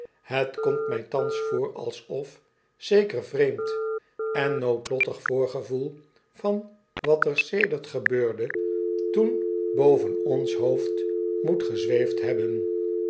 het komt mij thans voor alsof zeker vreemd en noodlottig voorgevoel van wat er sedert gebeurde toen boven ons hoofd moet gezweefd hebben